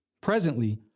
Presently